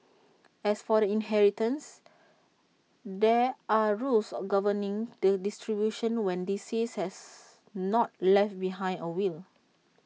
as for the inheritance there are rules governing the distribution when the deceased has not left behind A will